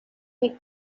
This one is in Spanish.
que